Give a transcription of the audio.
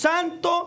Santo